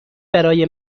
برای